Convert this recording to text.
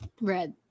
Red